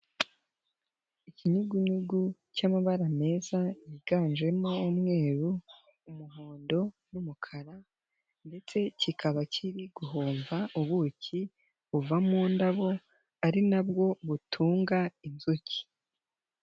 Ikinyugunyugu cy'amabara meza yiganjemo umweru, umuhondo, n'umukara ndetse kikaba kiri guhumba ubuki buva mu ndabo ari nabwo butunga inzuki.